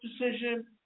decision